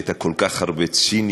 הייתה כל כך הרבה ציניות,